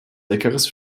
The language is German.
leckeres